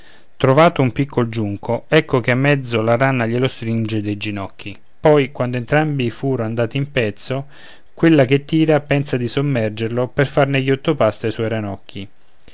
trovato un piccol giunco ecco che a mezzo la rana glielo stringe dei ginocchi poi quando entrambi fro andati un pezzo quella che tira pensa di sommergerlo per farne ghiotto pasto a suoi ranocchi